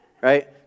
right